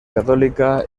católica